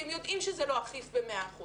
הם יודעים שזה לא אכיף ב-100%,